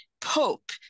Pope